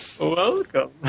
Welcome